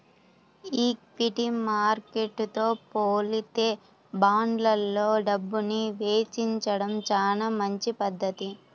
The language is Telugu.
ఈక్విటీ మార్కెట్టుతో పోలిత్తే బాండ్లల్లో డబ్బుని వెచ్చించడం చానా మంచి పధ్ధతి